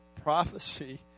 prophecy